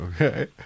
Okay